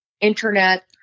internet